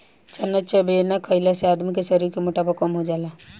चना चबेना खईला से आदमी के शरीर के मोटापा कम होला